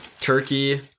turkey